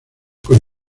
con